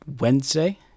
Wednesday